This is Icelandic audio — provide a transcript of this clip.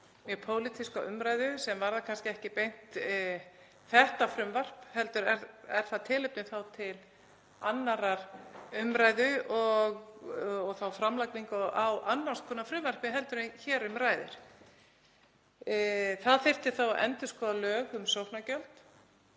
mjög pólitíska umræðu sem varðar kannski ekki beint þetta frumvarp heldur er tilefni til annarrar umræðu og þá framlagningu á annars konar frumvarpi en hér um ræðir. Það þyrfti þá að endurskoða lög um sóknargjöld.